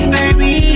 baby